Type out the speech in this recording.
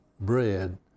bread